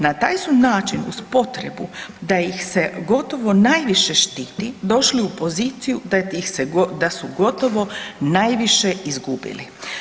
Na taj su način uz potrebu da ih se gotovo najviše štiti došli u poziciju da su gotovo najviše izgubili.